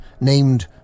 named